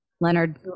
Leonard